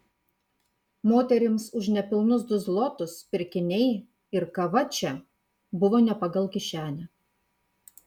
moterims už nepilnus du zlotus pirkiniai ir kava čia buvo ne pagal kišenę